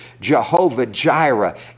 Jehovah-Jireh